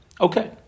okay